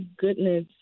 goodness